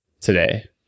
today